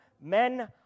men